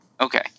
Okay